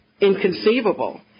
inconceivable